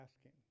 asking